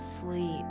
sleep